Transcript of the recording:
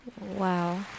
Wow